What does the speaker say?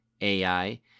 AI